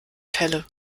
pelle